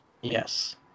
Yes